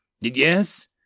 Yes